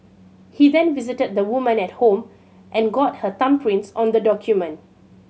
he then visited the woman at the home and got her thumbprints on the document